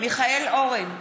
מיכאל אורן,